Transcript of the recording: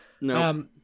no